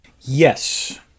Yes